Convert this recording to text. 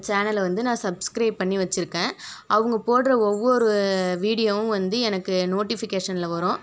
சேனலை வந்து நான் சப்ஸ்க்ரைப் பண்ணி வச்சுருக்கேன் அவங்க போடுற ஒவ்வொரு வீடியோவும் வந்து எனக்கு நோட்டிஃபிகேஷனில் வரும்